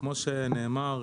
כמו שנאמר,